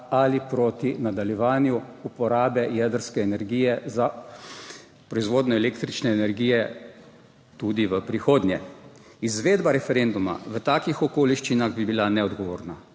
ali proti nadaljevanju uporabe jedrske energije za proizvodnjo električne energije tudi v prihodnje. Izvedba referenduma v takih okoliščinah bi bila neodgovorna,